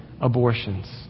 abortions